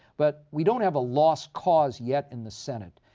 but we don't have a lost cause yet in the senate.